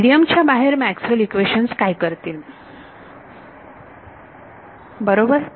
medium च्या बाहेर Maxwell equations Maxwell's equationsकाय असतील बरोबर